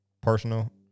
personal